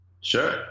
Sure